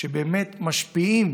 שבאמת משפיעים